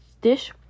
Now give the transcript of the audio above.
dish